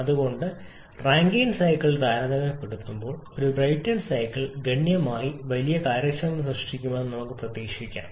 അതുകൊണ്ട് Rankine cycle താരതമ്യപ്പെടുത്തുമ്പോൾ ഒരു ബ്രൈറ്റൺ സൈക്കിൾ ഗണ്യമായി വലിയ കാര്യക്ഷമത സൃഷ്ടിക്കുമെന്ന് നമുക്ക് പ്രതീക്ഷിക്കാം